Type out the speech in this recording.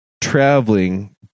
traveling